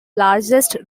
largest